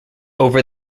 over